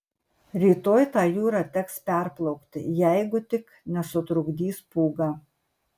rytoj tą jūrą teks perplaukti jeigu tik nesutrukdys pūga